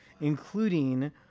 including